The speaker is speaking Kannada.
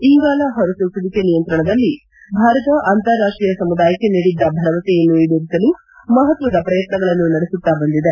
ಇಂಗಾಲ ಹೊರಸೂಸುವಿಕೆ ನಿಯಂತ್ರಣದಲ್ಲಿ ಭಾರತ ಅಂತಾರಾಷ್ಷೀಯ ಸಮುದಾಯಕ್ಷೆ ನೀಡಿದ್ದ ಭರವಸೆಯನ್ನು ಈಡೇರಿಸಲು ಮಪತ್ತದ ಪ್ರಯತ್ನಗಳನ್ನು ನಡೆಸುತ್ತಾ ಬಂದಿದೆ